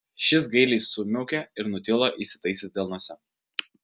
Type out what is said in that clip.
šis gailiai sumiaukė ir nutilo įsitaisęs delnuose